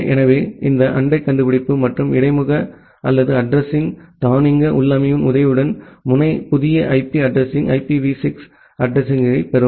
எனவே இந்த அண்டை கண்டுபிடிப்பு மற்றும் இடைமுகம் அல்லது அட்ரஸிங் தானியங்கு உள்ளமைவின் உதவியுடன் முனை புதிய ஐபி அட்ரஸிங் ஐபிவி 6 அட்ரஸிங்யைப் பெறும்